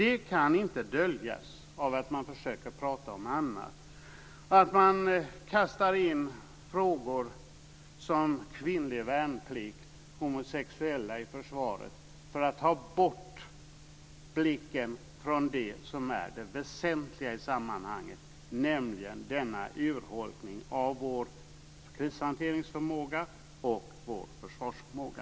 Det kan inte döljas av att man försöker prata om annat. Man kastar in frågor som kvinnlig värnplikt och homosexuella i försvaret för att få bort blicken från det som är det väsentliga i sammanhanget, nämligen denna urholkning av vår krishanteringsförmåga och vår försvarsförmåga.